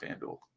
FanDuel